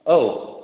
औ